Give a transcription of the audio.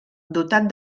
dotat